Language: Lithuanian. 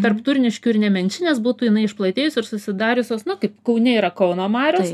tarp turniškių ir nemenčinės būtų jinai išplatėjus ir susidariusios na kaip kaune yra kauno mariose